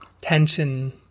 tension